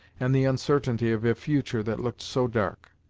and the uncertainty of a future that looked so dark.